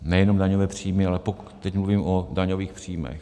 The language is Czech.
Nejenom daňové příjmy, ale teď mluvím o daňových příjmech.